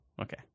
Okay